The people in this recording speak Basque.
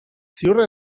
ziur